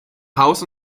haus